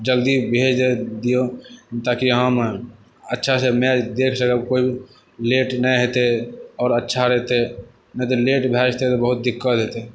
जल्दी भेज दिऔ ताकि हम अच्छासँ मैच देख सकब कोइ लेट नहि हेतै आओर अच्छा रहतै नहि तऽ लेट भऽ जेतै तऽ बहुत दिक्कत हेतै